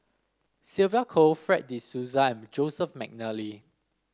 Sylvia Kho Fred De Souza and Joseph McNally